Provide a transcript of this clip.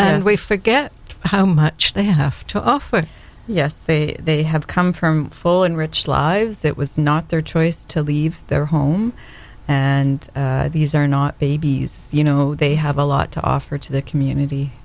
and we forget how much they have to offer yes they have come from full and rich lives that was not their choice to leave their home and these are not babies you know they have a lot to offer to the community